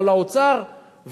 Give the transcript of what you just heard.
לאוצר,